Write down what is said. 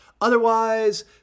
Otherwise